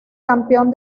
campeón